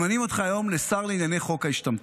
ממנים אותך היום לשר לענייני חוק ההשתמטות.